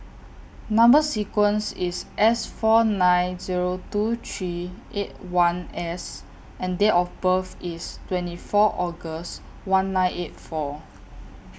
Number sequence IS S four nine Zero two three eight one S and Date of birth IS twenty four August one nine eight four